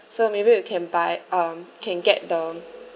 so maybe we can buy um can get the